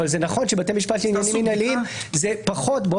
אבל נכון שבתי משפט לעניינים מינהליים זה פחות.